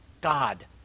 God